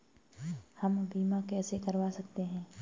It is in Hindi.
हम बीमा कैसे करवा सकते हैं?